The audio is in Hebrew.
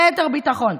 ליתר ביטחון.